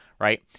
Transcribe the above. right